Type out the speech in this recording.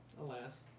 alas